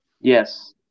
Yes